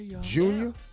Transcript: Junior